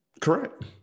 Correct